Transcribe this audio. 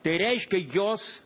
tai reiškia jos